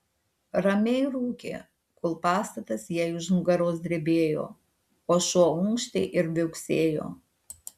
ramiai rūkė kol pastatas jai už nugaros drebėjo o šuo unkštė ir viauksėjo